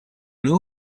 know